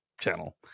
channel